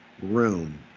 room